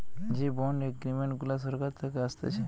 যে bond agreement গুলা সরকার থাকে আসতেছে